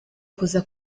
kuza